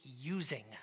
using